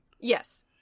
yes